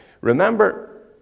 Remember